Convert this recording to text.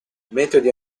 metodi